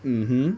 mmhmm